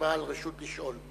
בעל רשות לשאול.